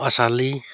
असली